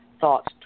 thoughts